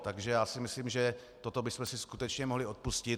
Takže já si myslím, že toto bychom si skutečně mohli odpustit.